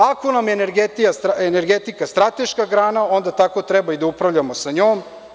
Ako nam je energetika strateška grana, onda tako treba da upravljamo sa njom.